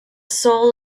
soul